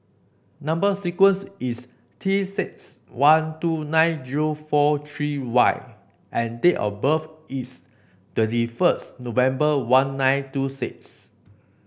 number sequence is T six one two nine zero four three Y and date of birth is twenty first November one nine two six